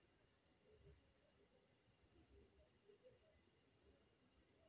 नाप जोख कर बिसे में जाने ले अहे ता सबले आघु नापे कर सबले छोटे इकाई मीटर हवे जेहर सौ सेमी कर बराबेर होथे